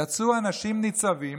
יצאו אנשים ניצבים,